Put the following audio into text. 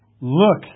Look